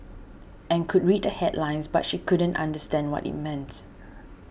and could read the headlines but she couldn't understand what it meant